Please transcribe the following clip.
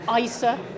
ISA